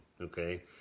okay